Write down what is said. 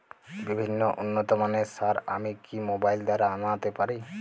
বিভিন্ন উন্নতমানের সার আমি কি মোবাইল দ্বারা আনাতে পারি?